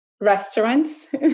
restaurants